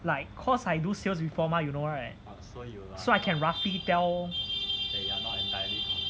like cause I do sales before mah you know right so I can roughly tell